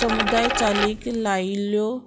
समुदाय चालीक लायिल्ल्यो